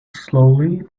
slowly